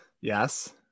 Yes